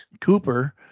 Cooper